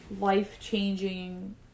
life-changing